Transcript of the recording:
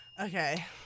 Okay